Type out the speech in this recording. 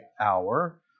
Hour